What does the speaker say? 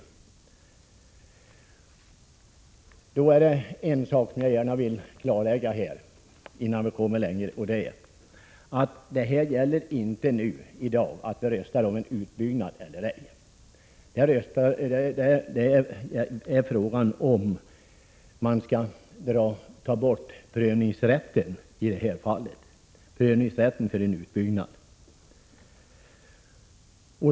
En sak som jag gärna vill klarlägga är att det i dag inte gäller att ta ställning till frågan om en utbyggnad eller ej. Frågan är om man skall ta bort prövningsrätten för en utbyggnad.